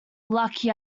lucky